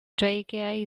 dreigiau